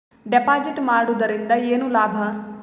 Deposit ಮಾಡುದರಿಂದ ಏನು ಲಾಭ?